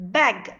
Bag